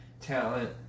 talent